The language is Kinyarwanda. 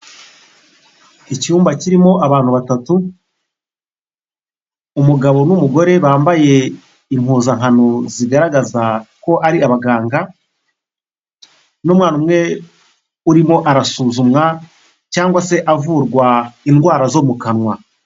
Icyumba kirimo abantu batatu, umugabo n'umugore bambaye impuzankano zigaragaza ko ari abaganga n'umwana urimo arasuzumwa cyangwa se avurwa indwara zo mu kanwa.